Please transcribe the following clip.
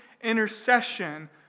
intercession